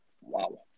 Wow